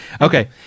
Okay